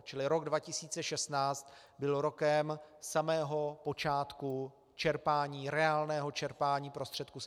Čili rok 2016 byl rokem samého počátku čerpání, reálného čerpání prostředků z EU.